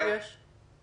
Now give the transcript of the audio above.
כמה בדיקות יש?